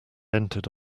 entered